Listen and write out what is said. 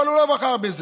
אבל הוא לא בחר בזה.